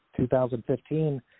2015